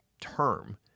term